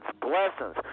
blessings